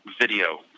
video